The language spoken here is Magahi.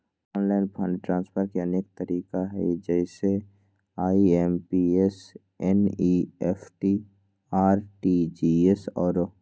ऑनलाइन फंड ट्रांसफर के अनेक तरिका हइ जइसे आइ.एम.पी.एस, एन.ई.एफ.टी, आर.टी.जी.एस आउरो